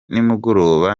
nimugoroba